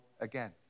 again